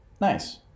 Nice